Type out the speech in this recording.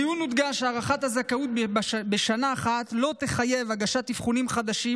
בדיון הודגש שהארכת הזכאות בשנה לא תחייב הגשת אבחונים חדשים,